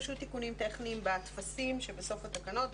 פשוט תיקונים טכניים בטפסים שבסוף התקנות,